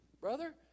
Brother